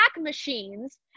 machines